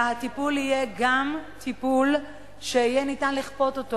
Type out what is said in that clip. והטיפול יהיה גם טיפול שיהיה ניתן לכפות אותו,